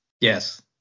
Yes